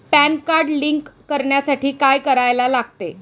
Pan card link करण्यासाठी काय करायला लागते?